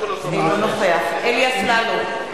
אינו נוכח אלי אפללו,